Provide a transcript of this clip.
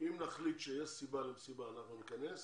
אם נחליט שיש סיבה למסיבה אנחנו נכנס ישיבה,